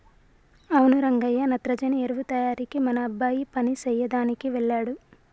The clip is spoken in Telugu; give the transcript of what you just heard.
అవును రంగయ్య నత్రజని ఎరువు తయారీకి మన అబ్బాయి పని సెయ్యదనికి వెళ్ళాడు